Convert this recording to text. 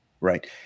Right